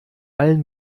allen